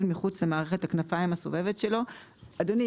מחוץ למערכת הכנפיים הסובבות שלו;" אדוני,